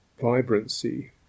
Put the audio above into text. vibrancy